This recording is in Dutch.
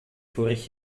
vorig